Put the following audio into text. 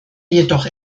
jedoch